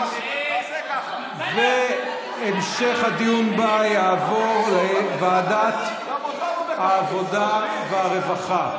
והמשך הדיון בה יעבור לוועדת העבודה והרווחה.